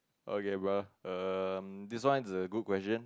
okay bruh um this one is a good question